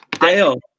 Dale